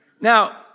Now